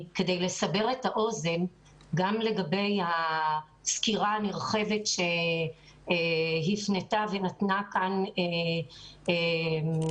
כדי לסבר את האוזן גם לגבי הסקירה הנרחבת שנתנה כאן אביבית